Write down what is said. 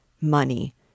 money